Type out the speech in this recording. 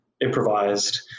improvised